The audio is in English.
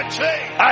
change